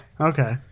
Okay